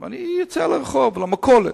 אני יוצא לרחוב, למכולת,